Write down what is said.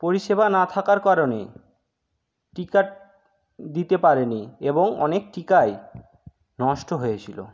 পরিষেবা না থাকার কারণেই টিকা দিতে পারে নি এবং অনেক টিকাই নষ্ট হয়েছিলো